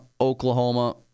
Oklahoma